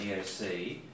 EOC